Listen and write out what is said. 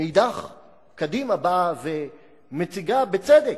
מאידך גיסא, קדימה באה ומציגה, בצדק,